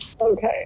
okay